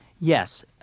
Yes